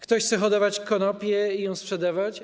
Ktoś chce hodować konopie i je sprzedawać?